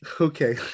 Okay